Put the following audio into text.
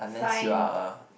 fine